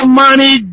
money